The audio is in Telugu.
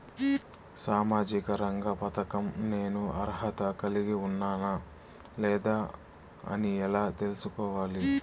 సామాజిక రంగ పథకం నేను అర్హత కలిగి ఉన్నానా లేదా అని ఎలా తెల్సుకోవాలి?